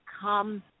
come